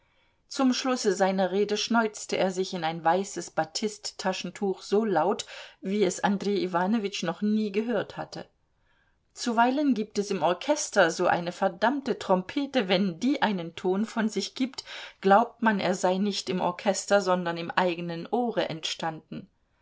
zum schlusse seiner rede schneuzte er sich in ein weißes batisttaschentuch so laut wie es andrej iwanowitsch noch nie gehört hatte zuweilen gibt es im orchester so eine verdammte trompete wenn die einen ton von sich gibt glaubt man er sei nicht im orchester sondern im eigenen ohre entstanden